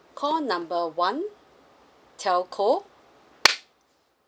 call number one telco